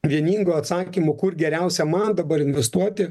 vieningo atsakymo kur geriausia man dabar investuoti